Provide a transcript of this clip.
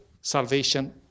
salvation